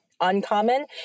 uncommon